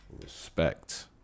Respect